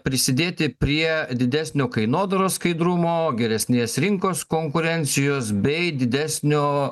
prisidėti prie didesnio kainodaros skaidrumo geresnės rinkos konkurencijos bei didesnio